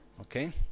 Okay